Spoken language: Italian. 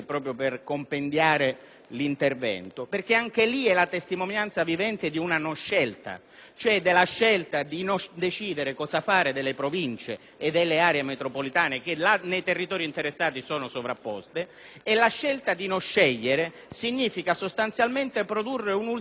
l'intervento. Anche quel caso è la testimonianza vivente di una non scelta, cioè della scelta di non decidere cosa fare delle Province e delle aree metropolitane, che nei territori interessati sono sovrapposte. La scelta di non scegliere significa sostanzialmente produrre un ulteriore risultato negativo,